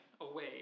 away